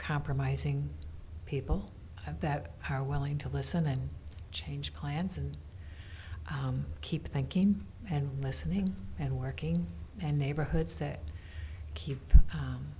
compromising people that are willing to listen and change plans and keep thinking and listening and working and neighborhoods they keep